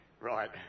Right